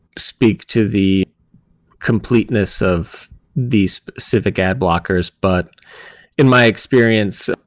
speak to the completeness of these specific ad blockers, but in my experience,